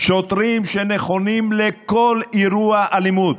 שוטרים שנכונים לכל אירוע אלימות,